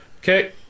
Okay